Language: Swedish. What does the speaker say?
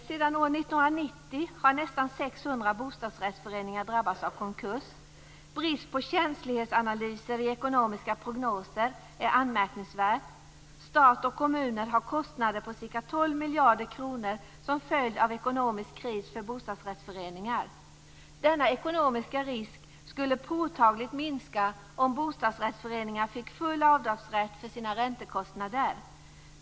Sedan år 1990 har nästan 600 bostadsrättsföreningar drabbats av konkurs. Bristen på känslighetsanalyser i ekonomiska prognoser är anmärkningsvärd. Stat och kommuner har kostnader på ca 12 miljarder kronor som en följd av den ekonomiska krisen för bostadsrättsföreningar. Denna ekonomiska risk skulle påtagligt minska om bostadsrättsföreningar fick full avdragsrätt för sina räntekostnader.